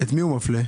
את מי הוא מפלה?